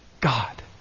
God